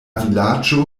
vilaĝo